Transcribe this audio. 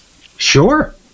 sure